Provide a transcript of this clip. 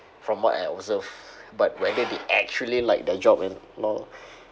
from what I observed but whether they actually like the job and all